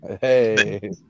hey